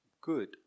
good